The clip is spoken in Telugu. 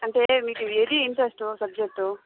అంటే మీకు ఏది ఇంట్రెస్ట్ సబ్జెక్ట్